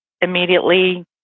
immediately